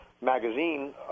magazine